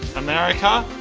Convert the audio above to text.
america